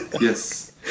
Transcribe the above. yes